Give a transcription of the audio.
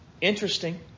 interesting